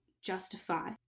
justify